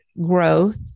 growth